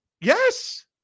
Yes